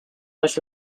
was